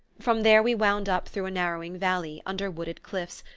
from there we wound up through a narrowing valley, under wooded cliffs,